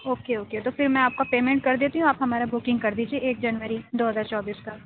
okay okay تو پھر میں آپ کا پیمنٹ کر دیتی ہوں آپ ہمارا بکنگ کر دیجیے ایک جنوری دو ہزار چوبیس کا